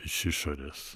iš išorės